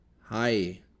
Hi